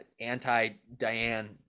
anti-Diane